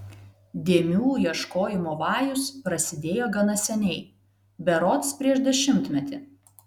dėmių ieškojimo vajus prasidėjo gana seniai berods prieš dešimtmetį